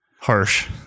harsh